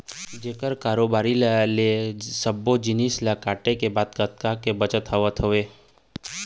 जेखर कारोबारी ले सब्बो जिनिस ल काटे के बाद कतका के बचत हवय